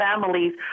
families